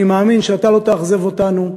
אני מאמין שאתה לא תאכזב אותנו.